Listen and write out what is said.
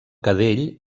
cadell